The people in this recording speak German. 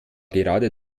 gerade